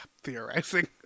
theorizing